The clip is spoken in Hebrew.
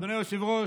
אדוני היושב-ראש,